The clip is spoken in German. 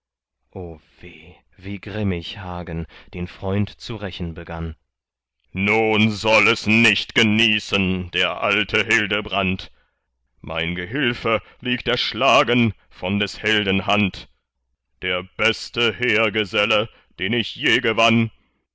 wie grimmig hagen den freund zu rächen begann nun soll es nicht genießen der alte hildebrand mein gehilfe liegt erschlagen von des helden hand der beste heergeselle den ich je gewann